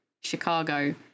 Chicago